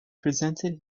presented